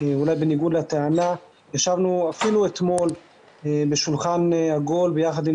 אולי בניגוד לטענה ישבנו אפילו אתמול בשולחן עגול ביחד עם